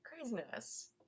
craziness